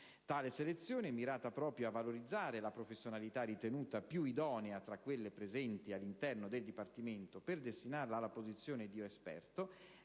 Tale selezione, mirata proprio a valorizzare la professionalità ritenuta più idonea tra quelle presenti all'interno del Dipartimento, per destinarla alla posizione di esperto,